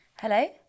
Hello